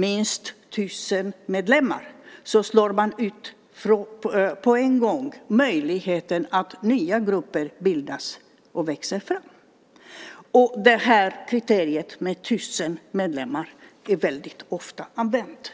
minst 1 000 medlemmar slår man på en gång ut möjligheten för nya grupper att bildas och växa fram. Kriteriet 1 000 medlemmar är väldigt ofta använt.